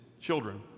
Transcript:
children